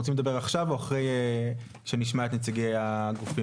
אתם רוצים לדבר עכשיו או אחרי שנשמע את נציגי הגופים?